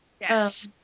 Yes